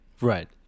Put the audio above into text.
Right